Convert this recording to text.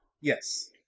Yes